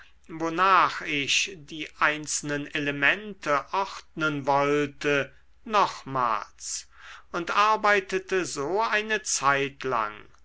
wonach ich die einzelnen elemente ordnen wollte nochmals und arbeitete so eine